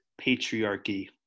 patriarchy